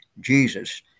Jesus